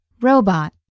Robot